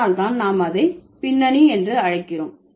அதனால் தான் நாம் அதை பின்னணி என்று அழைக்கிறோம்